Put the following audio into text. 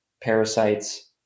parasites